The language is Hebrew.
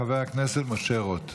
חבר הכנסת משה רוט.